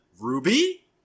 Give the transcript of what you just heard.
ruby